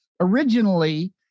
Originally